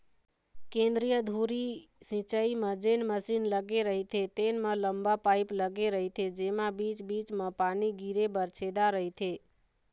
केंद्रीय धुरी सिंचई म जेन मसीन लगे रहिथे तेन म लंबा पाईप लगे रहिथे जेमा बीच बीच म पानी गिरे बर छेदा रहिथे